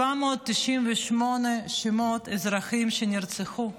798 שמות של אזרחים שנרצחו.